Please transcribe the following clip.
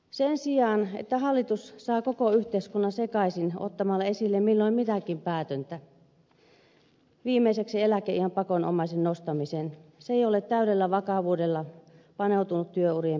sen sijaan että hallitus saa koko yhteiskunnan sekaisin ottamalla esille milloin mitäkin päätöntä viimeiseksi eläkeiän pakonomaisen nostamisen se ei ole täydellä vakavuudella paneutunut työurien pidentämiseen